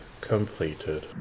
completed